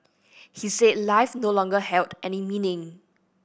he said life no longer held any meaning